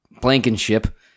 Blankenship